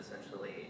essentially